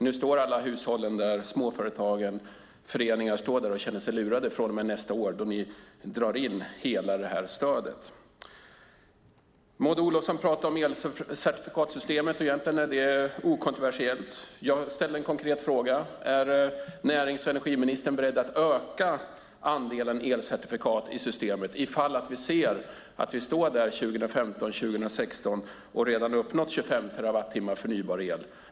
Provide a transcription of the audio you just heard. Nu känner sig nämligen hushåll, småföretag och föreningar lurade eftersom ni nästa år drar in hela stödet. Maud Olofsson talar om elcertifikatssystemet, och egentligen är det okontroversiellt. Jag ställde en konkret fråga: Är närings och energiministern beredd att öka andelen elcertifikat i systemet om vi redan 2015 har uppnått 25 terawattimmar förnybar el?